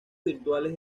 virtuales